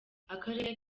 akarere